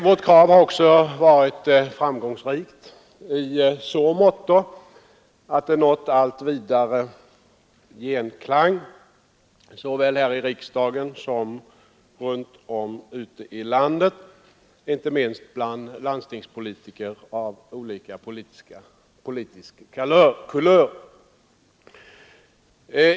Vårt krav har också varit framgångsrikt i så måtto att det fått allt vidare genklang såväl här i riksdagen som runt om ute i landet, inte minst bland landstingspolitiker av olika politisk kulör.